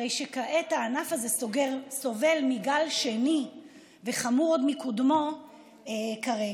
הרי כעת הענף הזה סובל מגל שני וחמור עוד מקודמו כרגע.